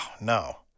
no